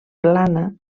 plana